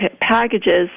packages